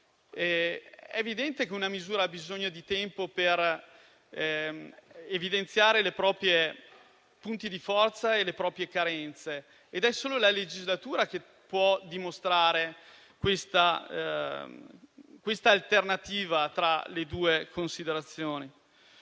È evidente che una misura ha bisogno di tempo per evidenziare i propri punti di forza e le proprie carenze, ed è solo la legislatura che può dimostrare questa alternativa tra le due considerazioni.